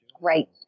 Right